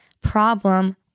problem